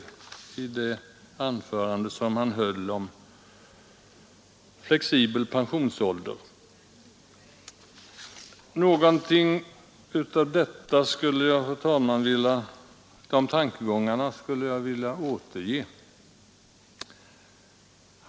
Några av Gösta Rehns tankegångar skulle jag, fru talman, vilja återge.